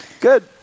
Good